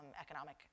economic